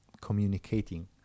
communicating